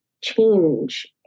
change